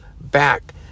back